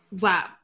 Wow